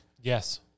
Yes